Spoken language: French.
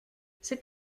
c’est